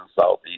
Southeast